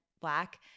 black